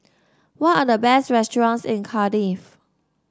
what are the best restaurants in Cardiff